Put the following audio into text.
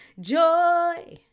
Joy